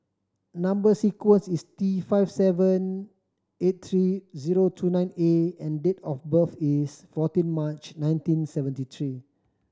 number sequence is T five seven eight three zero two nine A and date of birth is fourteen March nineteen seventy three